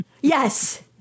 yes